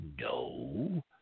No